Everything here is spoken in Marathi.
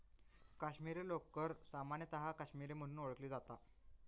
काश्मीरी लोकर सामान्यतः काश्मीरी म्हणून ओळखली जाता